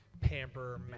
pamper